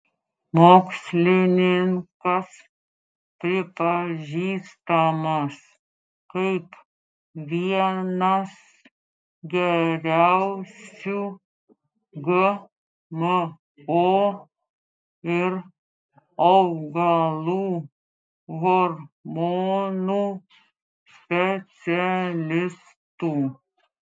mokslininkas pripažįstamas kaip vienas geriausių gmo ir augalų hormonų specialistų